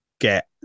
get